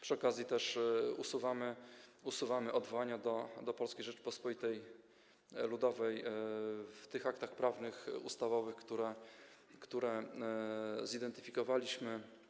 Przy okazji też usuwamy odwołania do Polskiej Rzeczypospolitej Ludowej w tych aktach prawnych ustawowych, które zidentyfikowaliśmy.